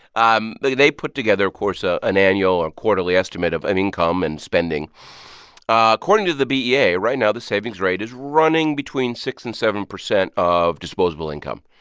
um they they put together, of course, ah an annual or quarterly estimate of and income and spending according to the bea, yeah right now, the savings rate is running between six and seven percent of disposable income.